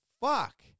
Fuck